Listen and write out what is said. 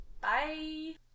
Bye